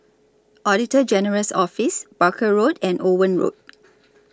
Auditor General's Office Barker Road and Owen Road